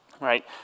Right